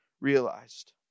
realized